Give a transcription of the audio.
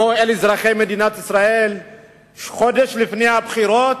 שבאו אל אזרחי מדינת ישראל חודש לפני הבחירות,